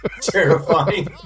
terrifying